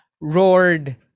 roared